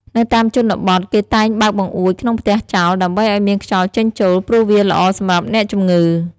នៅតាមជនបទ គេតែងបើកបង្អួចក្នុងផ្ទះចោល ដើម្បីឱ្យមានខ្យល់ចេញចូល ព្រោះវាល្អសម្រាប់អ្នកជំងឺ។